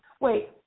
Wait